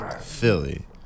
Philly